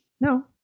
no